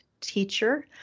teacher